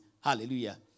Hallelujah